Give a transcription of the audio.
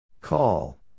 Call